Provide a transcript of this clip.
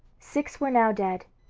six were now dead,